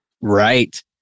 Right